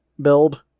build